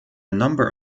number